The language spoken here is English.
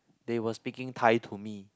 they were speaking Thai to me